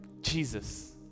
Jesus